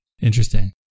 Interesting